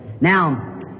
now